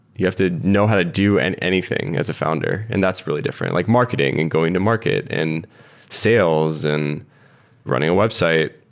you have to know how to do anything as a founder, and that's really different, like marketing and going to market, and sales, and running a website,